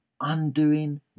undoing